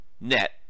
net